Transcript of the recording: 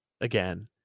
again